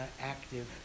active